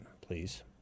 please